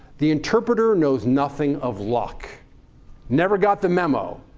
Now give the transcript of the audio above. the interpreter knows nothing of luck never got the memo.